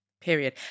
Period